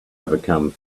overcome